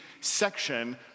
section